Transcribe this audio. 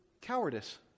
cowardice